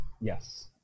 Yes